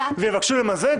יבקשו למזג,